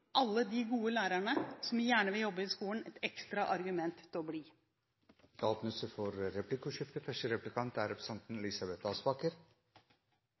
alle de gode lærerne som gjerne vil jobbe i skolen, et ekstra argument til å bli. Det blir replikkordskifte. Det er